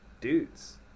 dudes